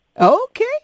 Okay